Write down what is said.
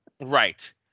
Right